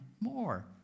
more